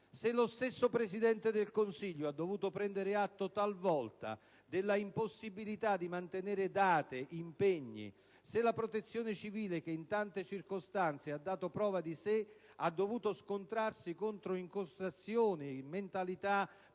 che lo stesso Presidente del Consiglio ha dovuto prendere atto talvolta della impossibilità di mantenere date, impegni, e che la Protezione civile, che in tante circostanze ha dato prova di sé, ha dovuto scontrarsi contro incrostazioni, mentalità particolari,